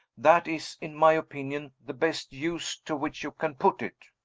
that is, in my opinion, the best use to which you can put it.